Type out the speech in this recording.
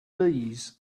bees